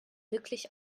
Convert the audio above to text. wirklich